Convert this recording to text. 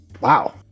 Wow